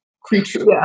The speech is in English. creature